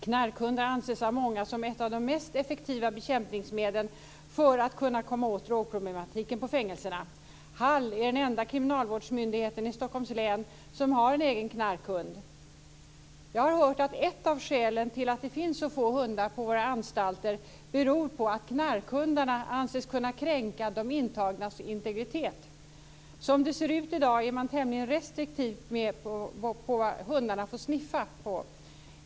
Knarkhundar anses av många som ett av de mest effektiva bekämpningsmedlen för att kunna komma åt drogproblematiken på fängelserna. Hall är den enda kriminalvårdsanstalten i Stockholms län som har en egen knarkhund. Jag har hört att ett av skälen till att det finns så få hundar på våra anstalter är att knarkhundarna anses kunna kränka de intagnas integritet. Som det ser ut i dag är man tämligen restriktiv med vad hundarna får sniffa på.